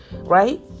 right